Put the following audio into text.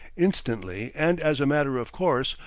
instantly, and as a matter of course,